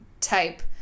type